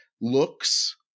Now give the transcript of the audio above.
looks